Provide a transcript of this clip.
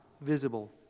visible